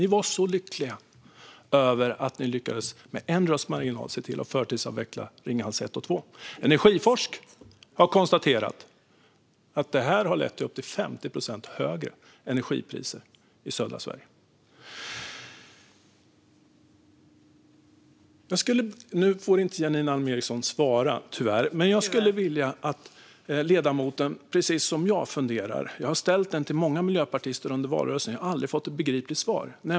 Ni var så lyckliga över att ni med en rösts marginal lyckades se till att förtidsavveckla Ringhals 1 och 2. Energiforsk har konstaterat att det har lett till upp till 50 procent högre energipriser i södra Sverige. Nu får Janine Alm Ericson tyvärr inte möjlighet att svara. Men jag skulle vilja att ledamoten, precis som jag, funderar på en fråga. Jag har ställt den till många miljöpartister under valrörelsen men aldrig fått ett begripligt svar.